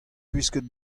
gwisket